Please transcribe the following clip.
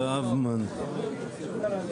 הוועדה עקבה ותמשיך לעקוב.